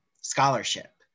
scholarship